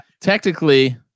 technically